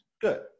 Good